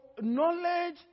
knowledge